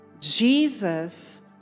Jesus